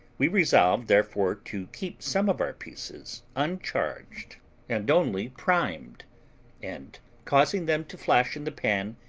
we resolved therefore to keep some of our pieces uncharged and only primed and causing them to flash in the pan,